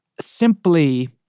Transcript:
simply